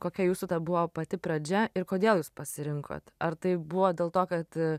kokia jūsų buvo pati pradžia ir kodėl jūs pasirinkot ar tai buvo dėl to kad